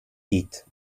eat